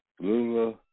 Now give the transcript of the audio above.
Lula